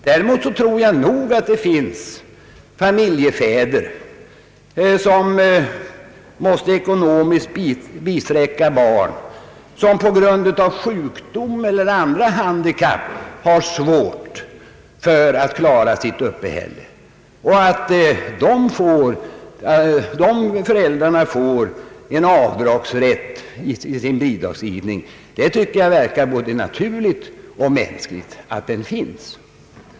Däremot tror jag nog att det finns familjefäder som måste ekonomiskt bisträcka barn som på grund av sjukdom eller andra handikapp har svårt att klara sitt uppehälle. Att dessa föräldrar har rätt till avdrag för sina periodiska bidrag förefaller mig vara både naturligt och mänskligt.